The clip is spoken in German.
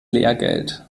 lehrgeld